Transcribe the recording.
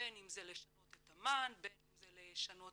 בין אם זה לשנות את המען, בין אם זה לשנות